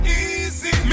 easy